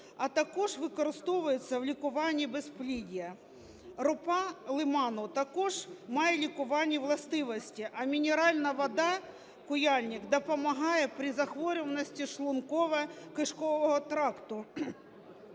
а також використовуються у лікуванні безпліддя. Ропа Лиману також має лікувальні властивості, а мінеральна вода "Куяльник" допомагає при захворюваності шлунково-кишкового тракту.